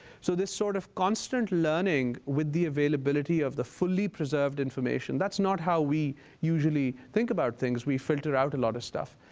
so this sort of constant learning with the availability of the fully-preserved information, that's not how we usually think about things. we filter out a lot of stuff.